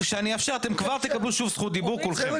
כשאני אאפשר, כולכם תקבלו זכות דיבור.